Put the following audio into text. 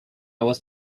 was